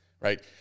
Right